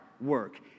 work